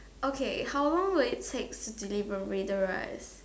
okay how long will it takes to deliver rice